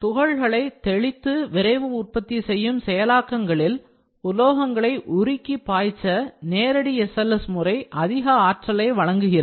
துகள்களை தெளித்து விரைவு உற்பத்திசெய்யும் செயலாக்கங்களில் உலோகங்களை உருக்கி பாய்ச்ச நேரடி SLS முறை அதிக ஆற்றலை வழங்குகிறது